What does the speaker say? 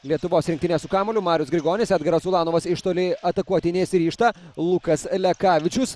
lietuvos rinktinė su kamuoliu marius grigonis edgaras ulanovas iš toli atakuoti nesiryžta lukas lekavičius